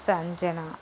Sanjana